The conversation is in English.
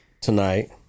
tonight